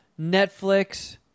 Netflix